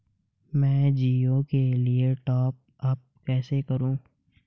मैं जिओ के लिए टॉप अप कैसे करूँ?